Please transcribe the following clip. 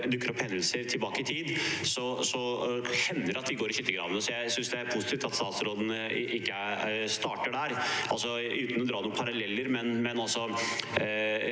dukker opp hendelser tilbake i tid, hender det at vi går i skyttergravene. Jeg synes det er positivt at statsråden ikke starter der. Uten å dra noen paralleller: Norske